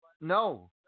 no